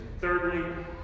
thirdly